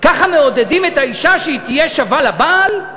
ככה מעודדים את האישה שהיא תהיה שווה לבעל?